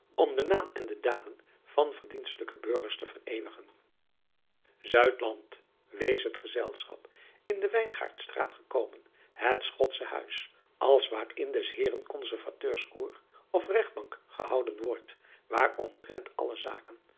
om den naam en de daden van verdienstelijke burgers te vereeuwigen wees het gezelschap in de ijngaardstraat gekomen het chotsche huis als waarin des eeren onservateurscourt of egtbank gehouden wordt waar omtrent alle zaken